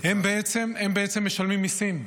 הם משלמים מיסים,